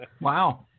Wow